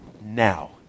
now